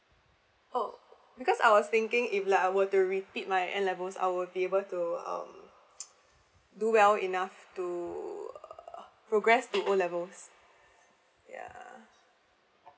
oh because I was thinking if like I were to repeat my N levels I will be able to um do well enough to progress to O levels yeah